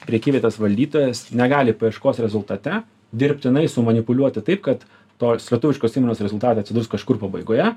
prekyvietės valdytojas negali paieškos rezultate dirbtinai sumanipuliuoti taip kad tos lietuviškos įmonės rezultatai atsidurs kažkur pabaigoje